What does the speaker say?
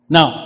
Now